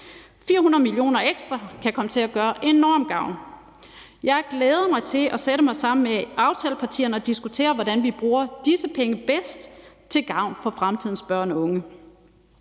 400 mio. kr. ekstra kan komme til at gøre enorm gavn. Jeg glæder mig til at sætte mig sammen med aftalepartierne og diskutere, hvordan vi bruger disse penge bedst til gavn for fremtidens børn og unge.